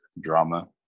drama